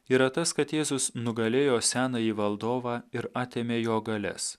yra tas kad jėzus nugalėjo senąjį valdovą ir atėmė jo galias